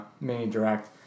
mini-direct